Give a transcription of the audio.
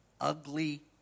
ugly